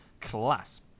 class